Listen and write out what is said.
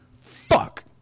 fuck